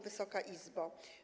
Wysoka Izbo!